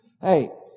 Hey